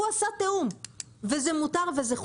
הוא עשה תיאום וזה מותר וזה חוקי.